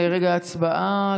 רגע, הצבעה?